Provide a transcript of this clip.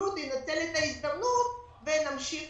להסתכלות וינצל את ההזדמנות ונמשיך